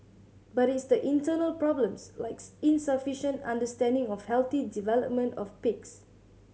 but it's the internal problems likes insufficient understanding of healthy development of pigs